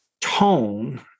tone